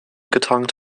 getankt